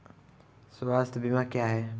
स्वास्थ्य बीमा क्या है?